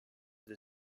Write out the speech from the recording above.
the